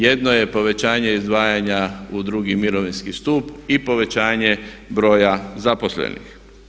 Jedno je povećanje izdvajanja u drugi mirovinski stup i povećanje broja zaposlenih.